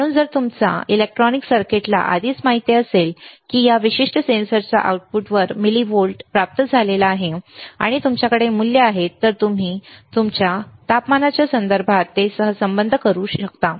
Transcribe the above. म्हणून जर तुमच्या इलेक्ट्रॉनिक सर्किट्सना आधीच माहित असेल की या विशिष्ट सेन्सरच्या आउटपुटवर मिलिव्होल्ट प्राप्त झाला आहे आणि तुमच्याकडे मूल्ये आहेत तर तुम्ही तापमानाच्या संदर्भात ते सहसंबंधित करू शकता